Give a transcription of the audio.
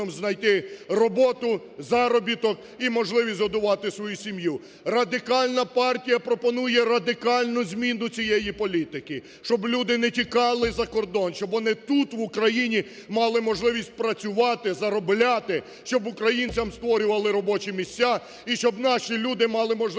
Радикальна партія пропонує радикальну зміну цієї політики, щоб люди не тікали за кордон, щоб вони тут в Україні мали можливість працювати, заробляти, щоб українцям створювали робочі місця і щоб наші люди мали можливість